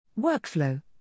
Workflow